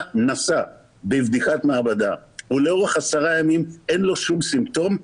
כנשא בבדיקת מעבדה ולאורך עשרה ימים אין לו שום סימפטום,